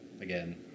again